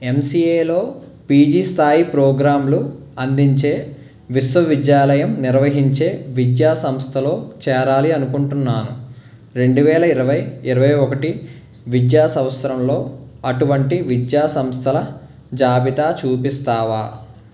ఎంసీఏలో PG స్థాయి ప్రోగ్రాంలు అందించే విశ్వవిద్యాలయం నిర్వహించే విద్యా సంస్థలో చేరాలి అనుకుంటున్నాను రెండు వేల ఇరవై ఇరవై ఒకటి విద్యా సంవత్సరంలో అటువంటి విద్యా సంస్థల జాబితా చూపిస్తావా